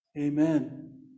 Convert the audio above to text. Amen